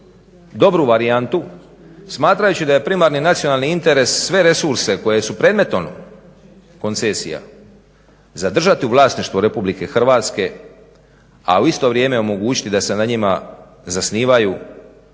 dobru varijantu smatrajući da je primarni nacionalni interes sve resurse koje su predmetom koncesija zadržati u vlasništvu Republike Hrvatske a u isto vrijeme omogućiti da se na njima zasnivaju